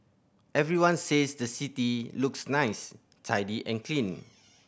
everyone says the city looks nice tidy and clean